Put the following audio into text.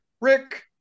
Rick